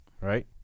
Right